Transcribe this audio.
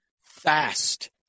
fast